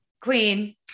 queen